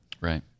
right